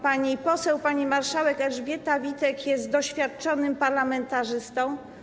Pani poseł, pani marszałek Elżbieta Witek jest doświadczonym parlamentarzystą.